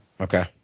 Okay